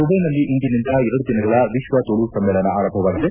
ದುಬೈನಲ್ಲಿ ಇಂದಿನಿಂದ ಎರಡು ದಿನಗಳ ವಿಶ್ವ ತುಳು ಸಮ್ಮೇಳನ ಆರಂಭವಾಗಿದೆ